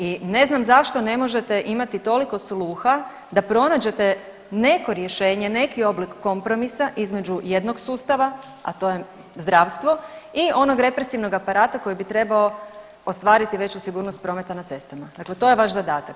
I ne znam zašto ne možete imati toliko sluha da pronađete neko rješenje, neki oblik kompromisa između jednog sustava, a to je zdravstvo i onog represivnog aparata koji bi trebao ostvariti veću sigurnost na cestama, dakle to je vaš zadatak.